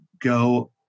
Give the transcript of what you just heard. Go